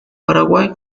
paraguay